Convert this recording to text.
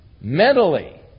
mentally